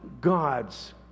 god's